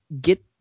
get